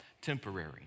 temporary